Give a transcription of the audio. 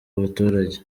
baturage